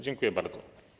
Dziękuję bardzo.